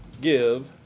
give